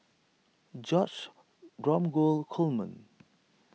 George Dromgold Coleman